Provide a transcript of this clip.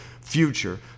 future